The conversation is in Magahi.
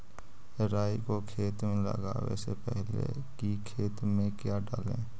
राई को खेत मे लगाबे से पहले कि खेत मे क्या डाले?